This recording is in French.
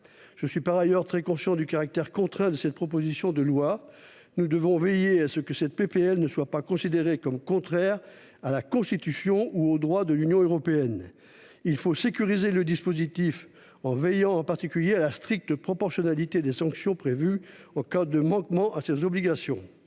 Je suis par ailleurs très conscient du caractère contraint de cette proposition de loi. Nous devons veiller à ce qu'elle ne soit pas considérée comme contraire à la Constitution ou au droit de l'Union européenne. Il faut sécuriser le dispositif en veillant, en particulier, à la stricte proportionnalité des sanctions prévues en cas de manquement à ces obligations.